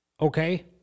okay